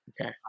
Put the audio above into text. Okay